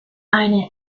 einer